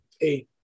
Eight